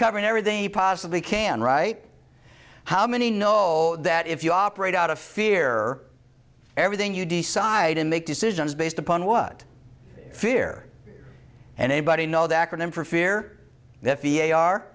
covering everything he possibly can right how many know that if you operate out of fear or everything you decide to make decisions based upon what fear and anybody know the acronym for fear that